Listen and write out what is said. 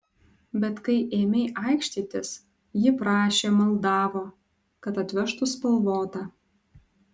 bet kai ėmei aikštytis ji prašė maldavo kad atvežtų spalvotą